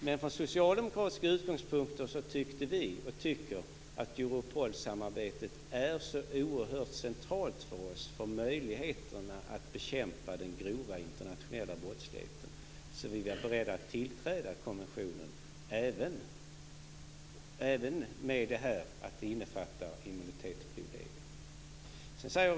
Men från socialdemokratiska utgångspunkter tyckte vi och tycker att Europolsamarbetet är så oerhört centralt för oss för möjligheterna att bekämpa den grova internationella brottsligheten, att vi var beredda att tillträda konventionen även om den innefattar immunitet och privilegier.